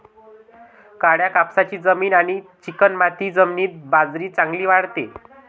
काळ्या कापसाची जमीन आणि चिकणमाती जमिनीत बाजरी चांगली वाढते